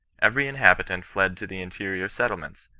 every inhabitaiit fled to the interior settle ments,